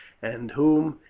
and whom,